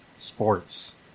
sports